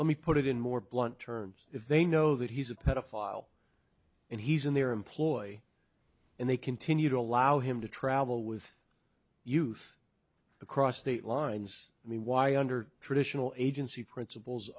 let me put it in more blunt terms if they know that he's a pedophile and he's in their employ and they continue to allow him to travel with youth across state lines i mean why under traditional agency